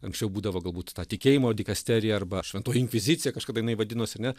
anksčiau būdavo galbūt ta tikėjimo dikasterija arba šventoji inkvizicija kažkada jinai vadinosi ar ne